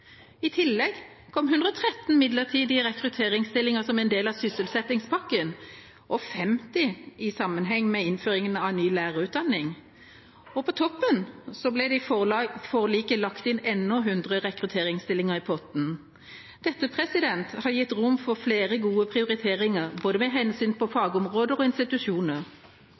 I tillegg kom 113 midlertidige rekrutteringsstillinger som en del av sysselsettingspakken og 50 i sammenheng med innføringen av ny lærerutdanning. På toppen ble det i forliket lagt inn enda 100 rekrutteringsstillinger i potten. Dette har gitt rom for flere gode prioriteringer både med hensyn til fagområder og institusjoner. Den sterke satsingen på